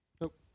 Nope